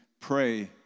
pray